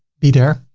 be there.